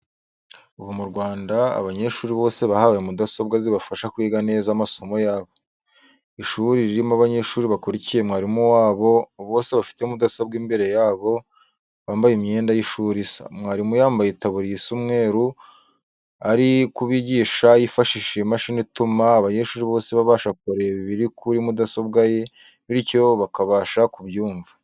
Ubu mu Rwanda abanyeshuri bose bahawe mudasombwa zibafasha kwiga neza amasomo yabo. Ishuri rirmo abanyeshuri bakurikiye mwarimu wabo, bose bafite mudasombwa imbere yabo, bambaye imyenda y'ishuri isa. Mwarimu yambaye itaburiya isa umweru, ari kubigisha yifashishije imashini ituma abanyeshuri bose babasha kureba ibiri muri mudasobwa ye bityo bakabasha kubyumva.